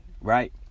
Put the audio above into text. Right